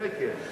זה כן, זה כן.